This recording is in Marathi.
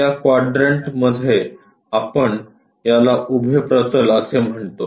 या क्वाड्रंट मध्ये आपण याला उभे प्रतल असे म्हणतो